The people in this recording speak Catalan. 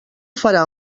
farà